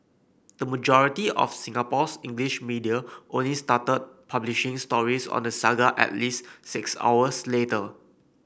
the majority of Singapore's English media only started publishing stories on the saga at least six hours later